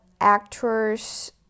actors